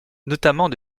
notamment